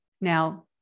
Now